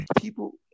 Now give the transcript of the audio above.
people